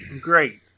Great